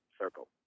circle